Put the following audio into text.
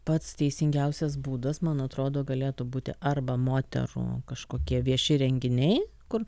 pats teisingiausias būdas man atrodo galėtų būti arba moterų kažkokie vieši renginiai kur